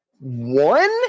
One